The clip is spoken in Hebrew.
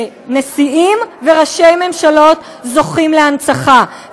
נשיאים וראשי ממשלות זוכים להנצחה,